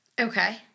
Okay